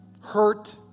hurt